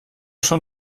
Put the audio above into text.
schon